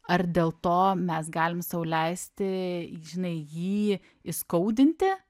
ar dėl to mes galim sau leisti žinai jį įskaudinti